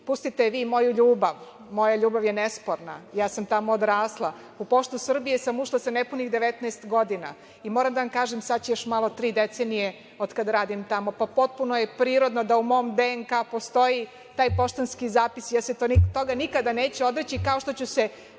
Srbije“.Pustite vi moju ljubav, moja ljubav je nesporna, ja sam tamo odrasla. U „Poštu Srbije“ sam ušla sa nepunih 19 godina i moram da vam kažem da će sada još malo tri decenije od kada radim tamo, pa je potpuno prirodno da u mom DNK postoji taj poštanski zapis i ja se toga nikada neću odreći, kao što ću se